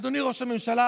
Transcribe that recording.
אדוני ראש הממשלה,